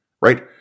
right